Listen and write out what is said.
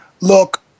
look